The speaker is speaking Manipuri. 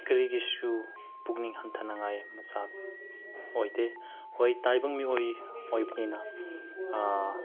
ꯀꯔꯤꯒꯤꯁꯨ ꯄꯨꯛꯅꯤꯡ ꯍꯟꯊꯉꯥꯏ ꯃꯆꯥꯛ ꯑꯣꯏꯗꯦ ꯍꯣꯏ ꯇꯥꯏꯕꯪ ꯃꯤꯑꯣꯏ ꯑꯣꯏꯕꯅꯤꯅ